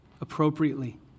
appropriately